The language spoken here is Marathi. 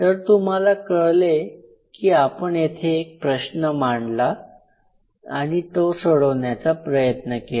तर तुम्हाला कळले की आपण येथे एक प्रश्न मांडला आणि तो सोडवण्याचा प्रयत्न केला